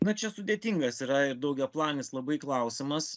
na čia sudėtingas yra ir daugiaplanis labai klausimas